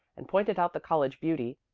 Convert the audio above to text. and pointed out the college beauty,